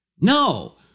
No